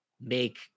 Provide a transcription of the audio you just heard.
make